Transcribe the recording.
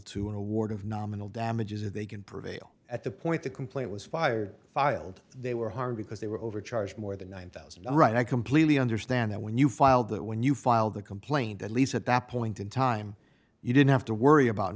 to an award of nominal damages if they can prevail at the point the complaint was fired filed they were harmed because they were overcharged more than one thousand right i completely understand that when you filed that when you filed the complaint at least at that point in time you didn't have to worry about